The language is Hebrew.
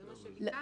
זה מה שביקשנו.